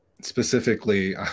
specifically